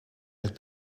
het